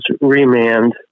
remand